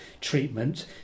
treatment